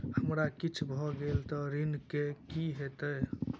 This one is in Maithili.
हमरा किछ भऽ गेल तऽ ऋण केँ की होइत?